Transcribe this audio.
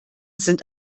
sind